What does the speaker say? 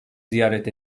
ziyaret